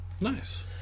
Nice